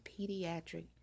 pediatric